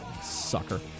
Sucker